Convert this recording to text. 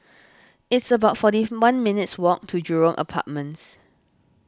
it's about forty one minutes' walk to Jurong Apartments